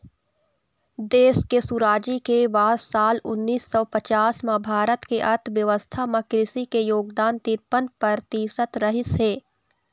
देश के सुराजी के बाद साल उन्नीस सौ पचास म भारत के अर्थबेवस्था म कृषि के योगदान तिरपन परतिसत रहिस हे